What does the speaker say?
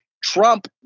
trump